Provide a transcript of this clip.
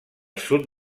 sud